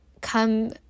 come